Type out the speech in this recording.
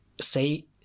say